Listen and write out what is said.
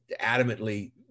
adamantly